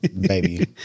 baby